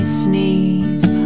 sneeze